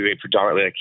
predominantly